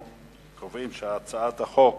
להעביר את הצעת חוק